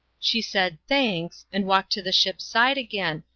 she said, thanks, and walked to the ship's side again,